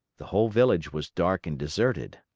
the whole village was dark and deserted.